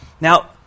Now